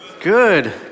Good